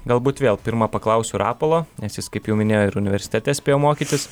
galbūt vėl pirma paklausiu rapolo nes jis kaip jau minėjo ir universitete spėjo mokytis